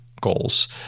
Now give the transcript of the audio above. goals